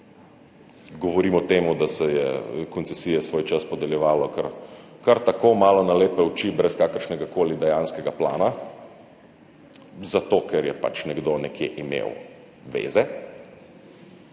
Govorim o tem, da se je koncesije svojčas podeljevalo kar tako, malo na lepe oči, brez kakršnegakoli dejanskega plana, zato ker je pač nekdo nekje imel veze,